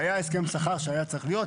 והיה הסכם שכר שהיה צריך להיות.